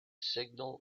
signal